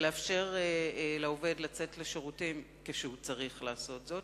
ולאפשר לעובד לצאת לשירותים כשהוא צריך לעשות זאת.